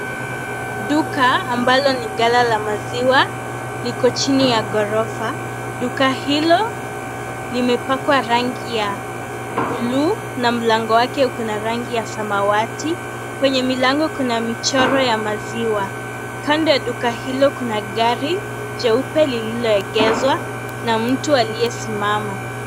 Duka ambalo ni gala la maziwa, liko chini ya gorofa. Duka hilo, limepakwa rangi ya blue na mlango wake uko na rangi ya samawati. Kwenye milango kuna michoro ya maziwa. Kando ya duka hilo kuna gari jeupe lililoegeshwa na mtu aliyesimama.